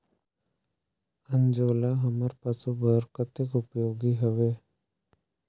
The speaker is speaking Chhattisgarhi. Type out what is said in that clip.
अंजोला हमर पशु बर कतेक उपयोगी हवे?